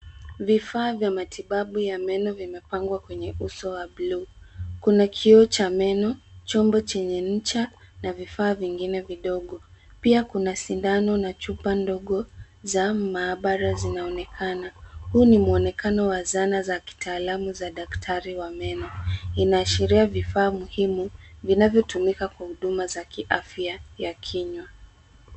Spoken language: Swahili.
Vifaa vya matibabu ya meno vimepangwa kwenye uso wa buluu. Kuna kioo cha meno, chombo chenye ncha na vifaa vingine vidogo. Pia kuna sindano na chupa ndogo za maabara zinaonekana. Huu ni muonekano wa zana za kitaalam za daktari wa meno. Inaashiria vifaa muhimu, vinavyotumika kwa huduma za kiafya ya kinywa.